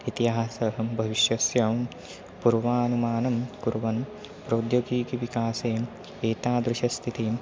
इतिहासं भविष्यस्यां पूर्वानुमानं कुर्वन् प्रौद्योगीकविकासे एतादृशस्थितिं